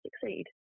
succeed